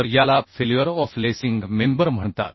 तर याला failure of lacing member म्हणतात